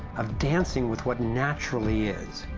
of dancing with what naturally is.